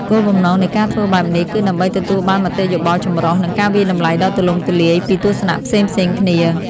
គោលបំណងនៃការធ្វើបែបនេះគឺដើម្បីទទួលបានមតិយោបល់ចម្រុះ និងការវាយតម្លៃដ៏ទូលំទូលាយពីទស្សនៈផ្សេងៗគ្នា។